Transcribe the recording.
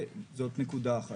זאת נקודה אחת.